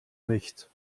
nicht